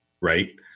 right